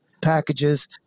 packages